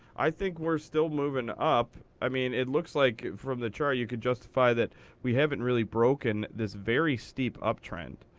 i think we're still moving up. i mean, it looks like, from the chart, you could justify that we haven't really broken this very steep uptrend.